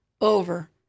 over